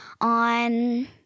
on